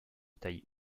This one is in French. taille